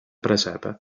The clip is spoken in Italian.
presepe